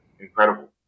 incredible